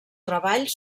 treball